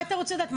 מה אתה רוצה לדעת?